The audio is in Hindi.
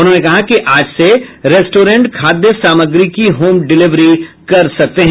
उन्होंने कहा कि आज से रेस्टोरेंट खादय सामग्री की होम डिलेवरी कर सकते हैं